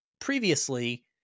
previously